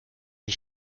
ich